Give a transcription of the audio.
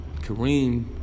Kareem